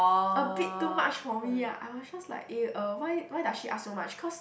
a bit too much for me ah I was just like eh uh why why does she ask so much cause